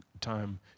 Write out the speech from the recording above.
time